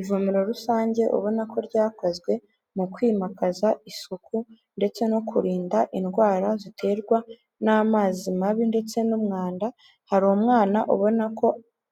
Ivomero rusange ubona ko ryakozwe mu kwimakaza isuku ndetse no kurinda indwara ziterwa n'amazi mabi ndetse n'umwanda, hari umwana ubona ko